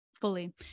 Fully